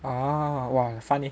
ah !wah! fun eh